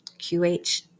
QH